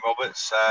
Roberts